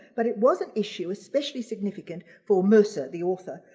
but it was an issue especially significant for mercer the author,